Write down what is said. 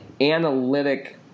analytic